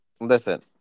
Listen